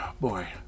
Boy